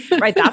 right